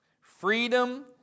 Freedom